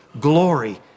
Glory